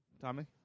Tommy